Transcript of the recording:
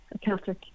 Celtic